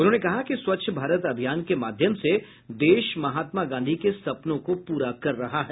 उन्होंने कहा कि स्वच्छ भारत अभियान के माध्यम से देश महात्मा गांधी के सपनों को पूरा कर रहा है